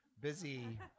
busy